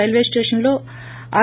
railway station లో are